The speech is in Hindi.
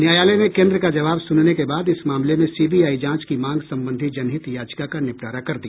न्यायालय ने केन्द्र का जवाब सुनने के बाद इस मामले में सी बी आई जांच की मांग संबंधी जनहित याचिका का निपटारा कर दिया